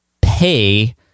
pay